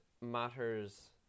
matters